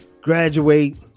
graduate